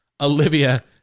Olivia